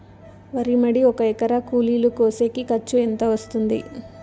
వరి మడి ఒక ఎకరా కూలీలు కోసేకి ఖర్చు ఎంత వస్తుంది?